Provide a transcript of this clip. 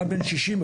אחד בן 60,